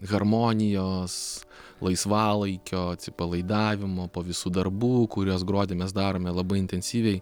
harmonijos laisvalaikio atsipalaidavimo po visų darbų kuriuos gruodį mes darome labai intensyviai